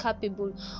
capable